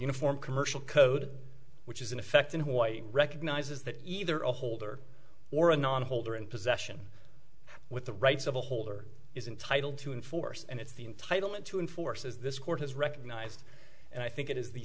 uniform commercial code which is in effect in hawaii recognizes that either a holder or a non holder in possession with the rights of a holder is entitled to enforce and it's the entitlement to enforce as this court has recognized and i think it is the